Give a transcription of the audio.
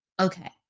Okay